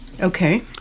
Okay